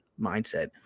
mindset